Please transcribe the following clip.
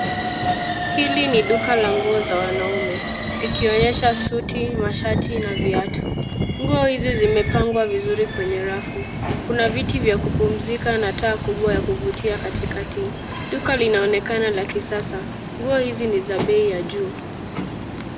Hili ni duka la nguo za wanaume likionyesha suti, mashati na viatu. Nguo hizi zimepangwa vizuri kwenye rafu. Kuna viti vya kupumzika na taa kubwa ya kuvutia katikati. Duka linaonekana la kisasa. Nguo hizi ni za bei ya juu.